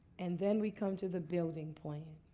and then we come to the building plan.